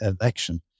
election